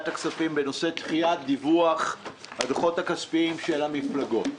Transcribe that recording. הכספים בנושא דחיית דיווח הדוחות הכספיים של המפלגות.